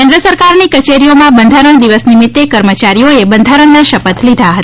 કેન્ સરકારની કચેરીઓમાં બંધારણ દિવસ નિમિત્તે કર્મચારીઓએ બંધારણના શપથ લીધા હતા